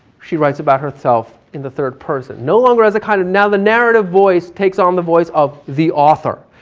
she writes about herself in the third person. no longer as the kind of, now the narrative voice takes on the voice of the author.